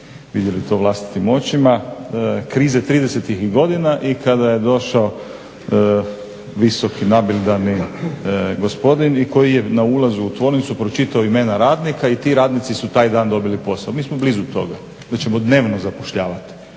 vidjeli to vlastitim očima, krize 30.-ih godina i kada je došao visoki nabildani gospodin i koji je na ulazu u tvornicu pročitao imena radnika i ti radnici su taj dana dobili posao. Mi smo blizu toga da ćemo dnevno zapošljavati.